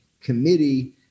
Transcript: committee